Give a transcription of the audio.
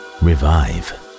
revive